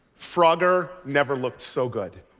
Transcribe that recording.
frogger never looked so good.